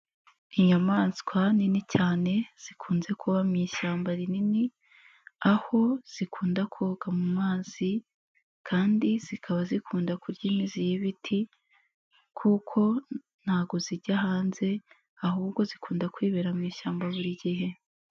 Inyamaswa nini cyane zikunze kuba mu ishyamba rinini aho zikunda koga mu mazi kandi zikaba zikunda kurya imizi y'ibiti kuko ntabwo zijya hanze, ahubwo zikunda kwibera mu ishyamba buri gihe.